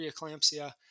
preeclampsia